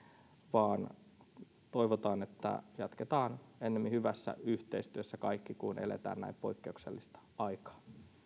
vaan toivotaan että jatketaan ennemmin hyvässä yhteistyössä kaikki kun eletään näin poikkeuksellista aikaa